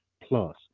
Plus